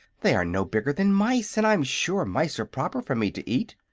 they are no bigger than mice, and i'm sure mice are proper for me to eat.